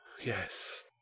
Yes